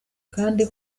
kandi